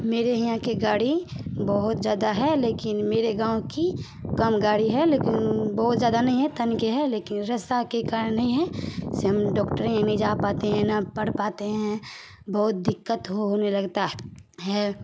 मेरे यहाँ के गाड़ी बहुत ज़्यादा है लेकिन मेरे गाँव की कम गाड़ी है लेकिन बहुत ज़्यादा नहीं है तनके है लेकिन रसता के कारण नहीं हैं जैसे हम डॉक्टर के यहाँ नहीं जा पाते हैं ना पढ़ पाते हैं बहुत दिक़्क़त होने लगता है